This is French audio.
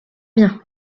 bien